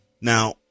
Now